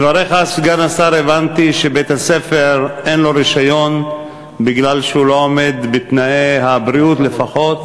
הבנתי שבית-הספר אין לו רישיון כי הוא לא עומד בתנאי הבריאות לפחות.